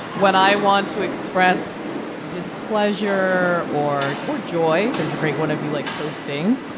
when i want to express displeasure or or joy there's a great one of you, like, toasting.